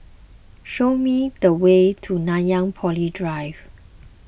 show me the way to Nanyang Poly Drive